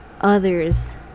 others